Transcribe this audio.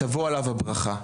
תבוא עליו הברכה".